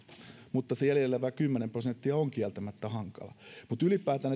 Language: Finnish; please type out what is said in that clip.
mutta se jäljelle jäävä kymmenen prosenttia on kieltämättä hankala mutta ylipäätään